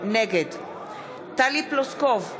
נגד טלי פלוסקוב,